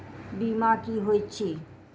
बीमा की होइत छी?